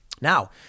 Now